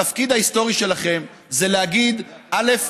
התפקיד ההיסטורי שלכם, זה להגיד, א.